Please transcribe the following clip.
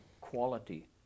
quality